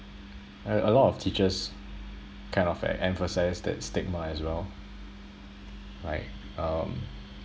a a lot of teachers kind of like emphasised that stigma as well like um